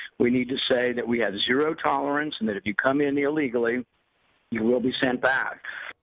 we need to say that we have zero tolerance and that if you come in illegally you will be sent back.